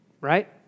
right